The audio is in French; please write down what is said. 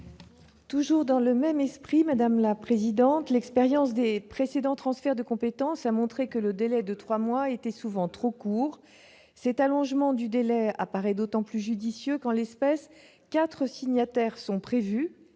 relève du même esprit. L'expérience des précédents transferts de compétences a montré que le délai de trois mois était souvent trop court. L'allongement du délai apparaît d'autant plus judicieux qu'en l'espèce quatre signataires sont prévus,